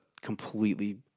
completely